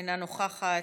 אינה נוכחת,